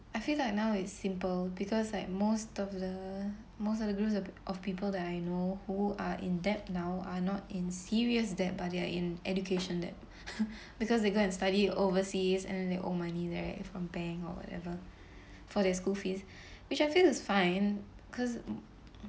I feel like now is simple because like most of the most of the group of people that I know who are in debt now are not in serious debt but they are in education debt because they go and study overseas and they owe money there right from bank or whatever for their school fees which I feel is fine because